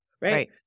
Right